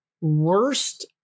worst